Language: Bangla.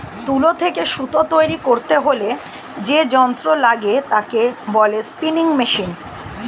তুলো থেকে সুতো তৈরী করতে হলে যে যন্ত্র লাগে তাকে বলে স্পিনিং মেশিন